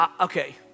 okay